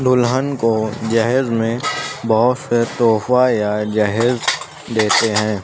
دلہن کو جہیز میں بہت سے تحفہ یا جہیز دیتے ہیں